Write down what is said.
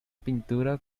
pintura